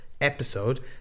episode